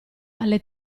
alle